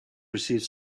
receive